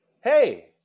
Hey